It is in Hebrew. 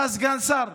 בא סגן שר,